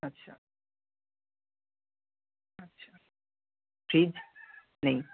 আচ্ছা আচ্ছা ফ্রিজ নেই